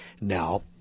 now